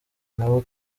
n’abo